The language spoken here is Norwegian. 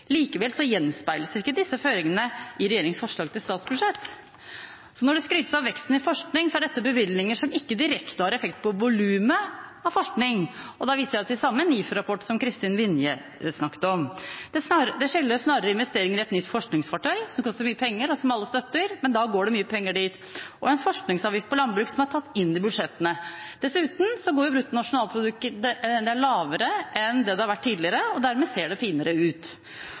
Likevel gjenspeiles ikke disse føringene i regjeringens forslag til statsbudsjett. Så når det skrytes av veksten i forskning, er dette bevilgninger som ikke direkte har effekt på volumet av forskning, og da viser jeg til samme NIFU-rapport som den Kristin Vinje snakket om. Det skyldes snarere investeringer i et nytt forskningsfartøy – som koster mye penger, og som alle støtter, men da går det mye penger dit – og en forskningsavgift på landbruk, som er tatt inn i budsjettene. Dessuten er bruttonasjonalproduktet lavere enn det har vært tidligere. Dermed ser det finere ut.